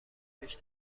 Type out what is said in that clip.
کیفش